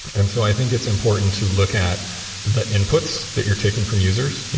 and so i think it's important to look at the inputs that you're taking from users.